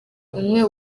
umwe